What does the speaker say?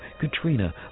Katrina